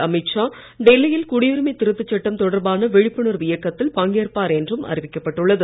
அமீத் ஷா டெல்லியில் குடியுரிமை திருத்த சட்டம் தொடர்பான விழிப்புணர்வு இயக்கத்தில் பங்கேற்பார் என்றும் அறிவிக்கப்பட்டுள்ளது